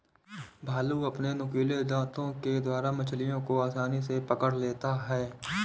भालू अपने नुकीले दातों के द्वारा मछलियों को आसानी से पकड़ लेता है